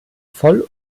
voll